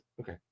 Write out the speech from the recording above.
Okay